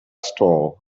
stall